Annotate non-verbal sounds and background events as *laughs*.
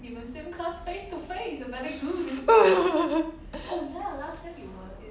*laughs*